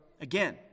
again